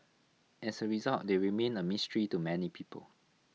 as A result they remain A mystery to many people